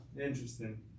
Interesting